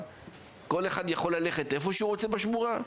כל אחד יכול ללכת היכן שהוא רוצה בשמורה?